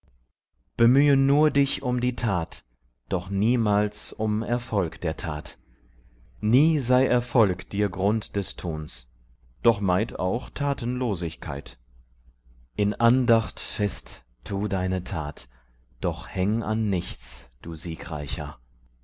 bemühe nur dich um die tat doch niemals um erfolg der tat nie sei erfolg dir grund des tuns doch meid auch tatenlosigkeit in andacht fest tu deine tat doch häng an nichts du siegreicher